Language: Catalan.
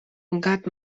gat